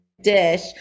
dish